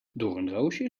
doornroosje